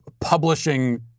publishing